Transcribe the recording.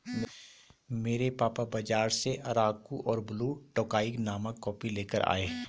मेरे पापा बाजार से अराकु और ब्लू टोकाई नामक कॉफी लेकर आए